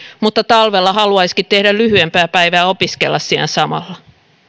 mutta talvella haluaisikin tehdä lyhyempää päivää ja opiskella siinä samalla